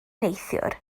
neithiwr